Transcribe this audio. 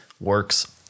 works